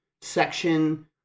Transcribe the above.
section